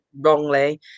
wrongly